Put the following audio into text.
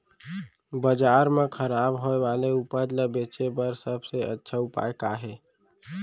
बाजार मा खराब होय वाले उपज ला बेचे बर सबसे अच्छा उपाय का हे?